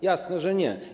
Jasne, że nie.